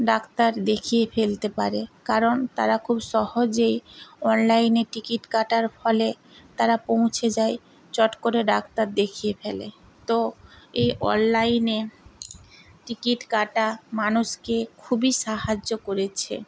doctor দেখিয়ে ফেলতে পারে কারণ তারা খুব সহজেই অনলাইনে টিকিট কাটার ফলে তারা পৌঁছে যায় চট করে ডাক্তার দেখিয়ে ফেলে তো এই অনলাইনে টিকিট কাটা মানুষকে খুবই সাহায্য করেছে